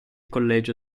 collegio